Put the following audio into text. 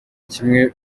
kimwe